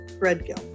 Redgill